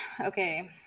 Okay